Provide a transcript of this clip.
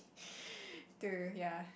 to ya